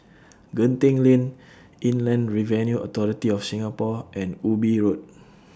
Genting Lane Inland Revenue Authority of Singapore and Ubi Road